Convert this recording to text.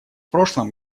прошлом